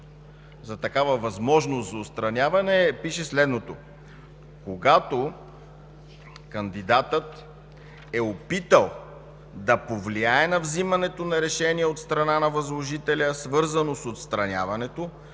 за такава възможност за отстраняване пише следното: